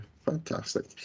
Fantastic